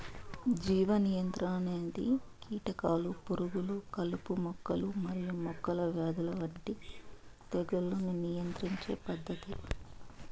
జీవ నియంత్రణ అనేది కీటకాలు, పురుగులు, కలుపు మొక్కలు మరియు మొక్కల వ్యాధుల వంటి తెగుళ్లను నియంత్రించే పద్ధతి